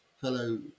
fellow